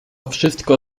wszystko